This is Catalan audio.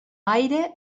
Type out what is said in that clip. aire